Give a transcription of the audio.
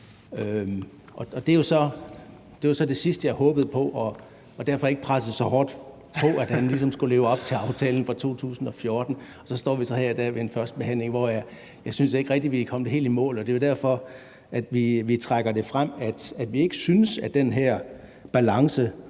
Det var jo så det sidste, jeg håbede på, og derfor har jeg ikke presset så hårdt på, for at man ligesom skulle leve op til aftalen fra 2014, men nu står vi så her i dag ved en første behandling, hvor jeg ikke rigtig synes, vi er kommet helt i mål. Det er jo derfor, at vi trækker det frem her, at vi ikke synes, at man har nået